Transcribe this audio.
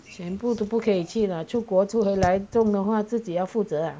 全部都不可以去了出国出回来重的话自己要负责